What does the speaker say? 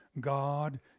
God